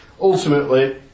Ultimately